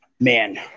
Man